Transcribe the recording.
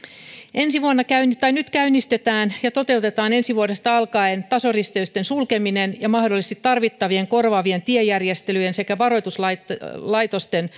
kuuluu olosuhteiltaan heikoimpaan luokkaan nyt käynnistetään ja toteutetaan ensi vuodesta alkaen tasoristeysten sulkeminen ja mahdollisesti tarvittavien korvaavien tiejärjestelyjen sekä varoituslaitosten